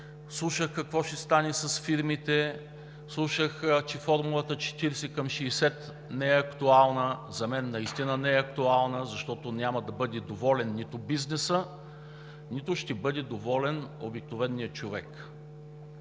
слушах какво ще стане с фирмите, слушах, че формулата 40 към 60 не е актуална. За мен наистина не е актуална, защото няма да бъде доволен нито бизнесът, нито ще бъде доволен обикновеният човек.